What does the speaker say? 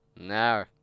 No